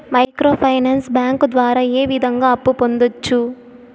micro finance bank ద్వారా ఏ విధంగా అప్పు పొందొచ్చు